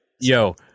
Yo